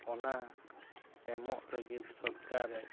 ᱚᱱᱟ ᱮᱢᱚᱜ ᱞᱟᱹᱜᱤᱫ ᱥᱚᱨᱠᱟᱨᱮ